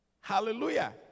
Hallelujah